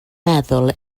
meddwl